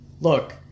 Look